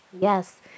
Yes